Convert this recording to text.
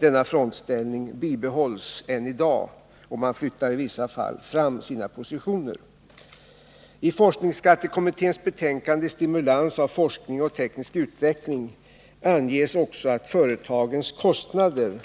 Denna frontställning bibehålls även i dag. I vissa fall flyttar man fram sina positioner. I forskningsskattekommitténs betänkande Stimulans av forskning och teknisk utveckling anges också att företagens kostnader